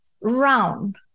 round